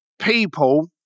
people